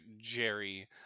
jerry